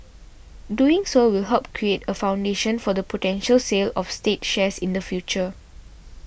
doing so will help create a foundation for the potential sale of state shares in the future